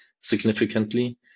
significantly